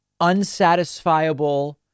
unsatisfiable